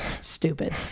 stupid